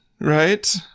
Right